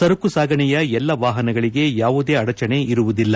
ಸರಕು ಸಾಗಣೆಯ ಎಲ್ಲಾ ವಾಹನಗಳಿಗೆ ಯಾವುದೇ ಅಡಚಣೆ ಇರುವುದಿಲ್ಲ